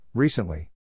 Recently